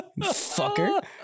Fucker